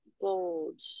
bold